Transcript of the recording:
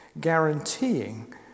guaranteeing